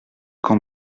camp